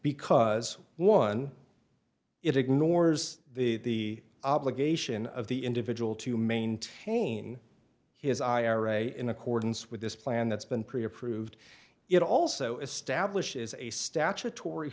because one it ignores the obligation of the individual to maintain his ira in accordance with this plan that's been pre approved it also establishes a statutory